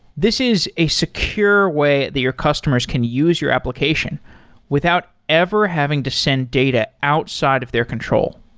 this is a secure way the your customers can use your application without ever having to send data outside of their control.